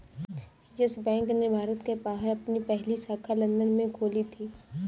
yes Bank ने भारत के बाहर अपनी पहली शाखा लंदन में खोली थी